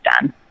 done